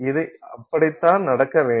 இது அப்படி தான் நடக்கவேண்டும்